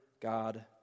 God